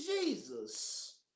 Jesus